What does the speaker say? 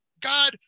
God